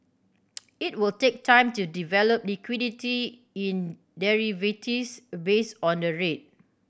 it will take time to develop liquidity in derivatives based on the rate